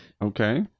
Okay